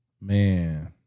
Man